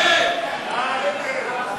הצעת סיעת